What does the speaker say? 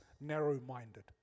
narrow-minded